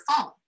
phone